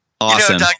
Awesome